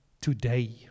today